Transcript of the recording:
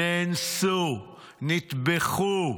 נאנסו, נטבחו?